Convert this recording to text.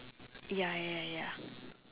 ya ya ya ya